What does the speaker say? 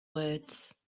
words